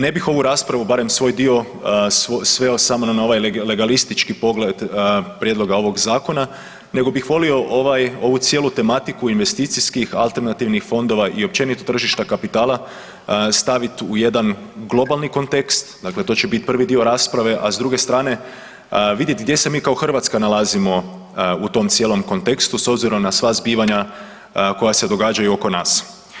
Ne bih ovu raspravu, barem svoj dio, sveo samo na ovaj legalistički pogled prijedloga ovog zakona, nego bih volio ovaj, ocu cijelu tematiku investicijskih alternativnih fondova i općenito tržišta kapitala staviti u jedan globalni kontekst, dakle to će bit prvi dio rasprave, a s druge strane, vidjet gdje se mi kao Hrvatska nalazimo u tom cijelom kontekstu s obzirom na sva zbivanja koja se događaju oko nas.